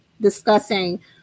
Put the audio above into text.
discussing